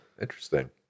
Interesting